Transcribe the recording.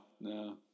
no